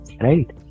Right